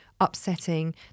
upsetting